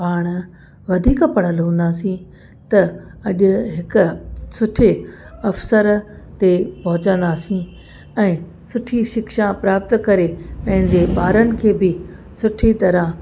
पाण वधीक पढ़ल हूंदासीं त अॼ हिक सुठे अफ़सर ते पहुचंदासीं ऐं सुठी शिक्षा प्राप्त करे पंहिंजे ॿारनि खे बि सुठी तरहं